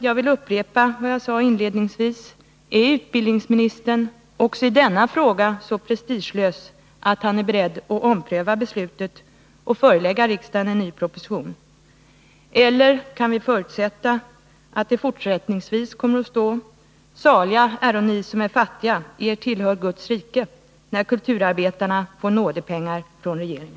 Jag vill upprepa vad jag frågade inledningsvis: Är utbildningsministern också i denna fråga så prestigelös att han är beredd att ompröva beslutet och förelägga riksdagen en ny proposition? Eller kan vi förutsätta att det fortsättningsvis, när kulturarbetarna får nådepengar från regeringen, kommer att stå: ”Saliga är ni som är fattiga. Er tillhör Guds rike.”